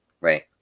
right